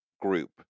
group